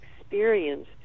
experience